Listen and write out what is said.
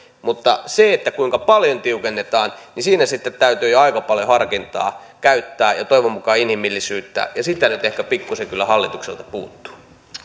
mutta siinä kuinka paljon tiukennetaan täytyy sitten jo aika paljon harkintaa käyttää ja toivon mukaan inhimillisyyttä ja sitä nyt ehkä pikkuisen kyllä hallitukselta puuttuu